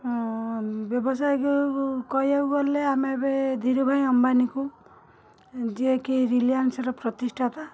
ହଁ ବ୍ୟବସାୟୀ କହିବାକୁ ଗଲେ ଆମେ ଏବେ ଧିରୁଭାଇ ଅମ୍ବାନୀକୁ ଯିଏ କି ରିଲିଆନ୍ସର ପ୍ରତିଷ୍ଠାତା